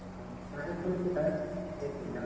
हाँ हाँ ये खुल चुका है देख लीजिए आप